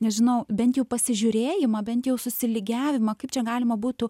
nežinau bent jau pasižiūrėjimą bent jau susilygiavimą kaip čia galima būtų